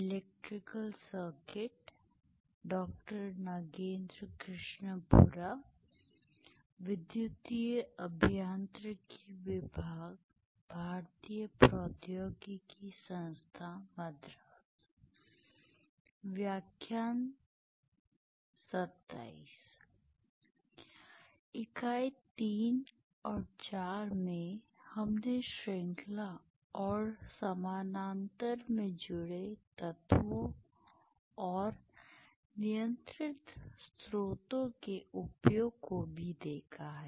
इकाई 3 और 4 में हमने श्रृंखला और समानांतर में जुड़े तत्वों और नियंत्रित स्रोतों के उपयोग को भी देखा है